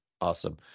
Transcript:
Awesome